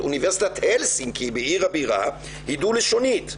אוניברסיטת הלסינקי בעיר הבירה היא דו לשונית.